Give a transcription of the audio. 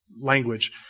language